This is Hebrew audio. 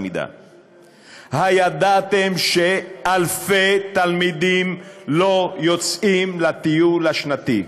הידעתם שאלפי תלמידים לא יוצאים לטיול השנתי?